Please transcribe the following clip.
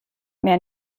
mehr